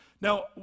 Now